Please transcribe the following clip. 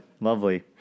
lovely